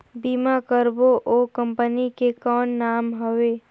बीमा करबो ओ कंपनी के कौन नाम हवे?